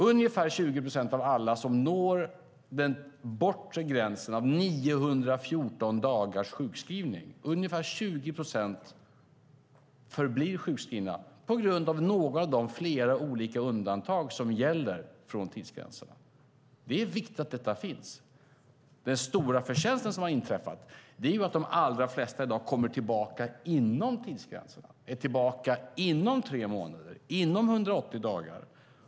Ungefär 20 procent av alla som når den bortre gränsen av 914 dagars sjukskrivning förblir sjukskrivna på grund av några av de flera olika undantag från tidsgränsen som gäller. Det är viktigt att detta finns. Den stora förtjänst som har inträffat är att de allra flesta i dag kommer tillbaka inom tidsgränserna. De är tillbaka inom tre månader - inom 180 dagar.